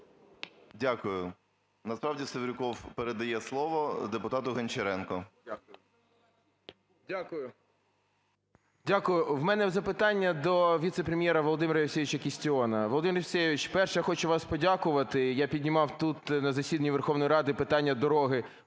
Дякую. Насправді Севрюков передає слово депутату Гончаренку.